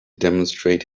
demonstrate